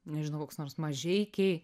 nežinau koks nors mažeikiai